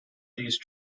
these